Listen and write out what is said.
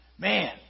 Man